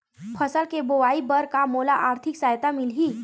फसल के बोआई बर का मोला आर्थिक सहायता मिलही?